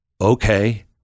okay